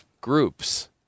groups